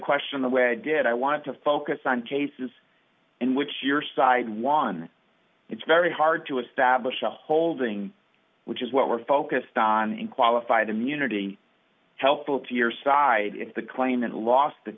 question the way i did i want to focus on cases in which your side won it's very hard to establish a holding which is what we're focused on in qualified immunity helpful to your side if the claimant lost th